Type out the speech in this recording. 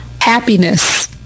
happiness